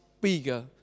bigger